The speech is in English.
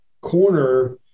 corner